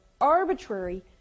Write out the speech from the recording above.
arbitrary